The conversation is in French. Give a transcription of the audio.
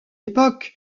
époque